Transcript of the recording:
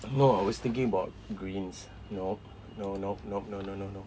no I was thinking about greens no no nope no no no no no